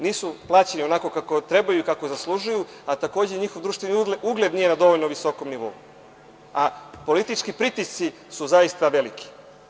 Nisu plaćeni onako kako trebaju i kako zaslužuju, a takođe njihov društveni ugled nije na dovoljno visokom nivou, a politički pritisci su zaista veliki.